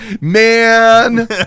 Man